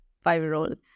five-year-old